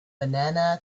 banana